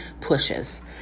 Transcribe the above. pushes